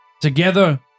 Together